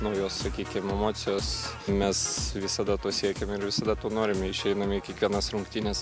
naujos sakykim emocijos mes visada to siekiam ir visada to norim išeinam į kiekvienas rungtynes